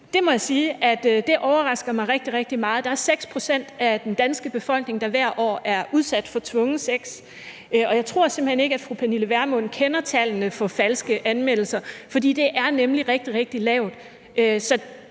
sige overrasker mig rigtig, rigtig meget. Der er 6 pct. af den danske befolkning, der hvert år er udsat for tvungen sex, og jeg tror simpelt hen ikke, at fru Pernille Vermund kender tallene for falske anmeldelser, for det er nemlig rigtig,